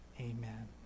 Amen